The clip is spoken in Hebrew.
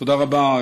תודה רבה.